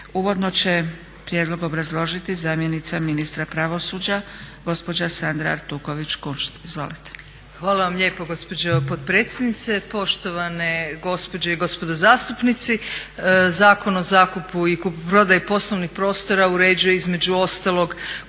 Uvodno će prijedlog obrazložiti zamjenica ministra pravosuđa gospođa Sandra Artuković-Kunšt. Izvolite. **Artuković Kunšt, Sandra** Hvala vam lijepo gospođo potpredsjednice, poštovane gospođe i gospodo zastupnici. Zakon o zakupu i kupoprodaji poslovnih prostora uređuje između ostalog kupoprodaju